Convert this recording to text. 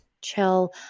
chill